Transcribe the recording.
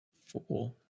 fool